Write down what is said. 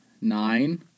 Nine